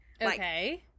Okay